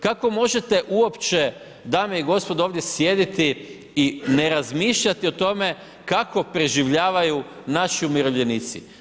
Kako možete uopće dame i gospodo ovdje sjediti i ne razmišljati o tome kako preživljavaju naši umirovljenici?